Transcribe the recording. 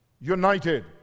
United